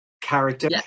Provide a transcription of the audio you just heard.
character